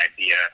idea